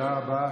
תודה רבה.